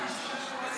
אז